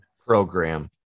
Program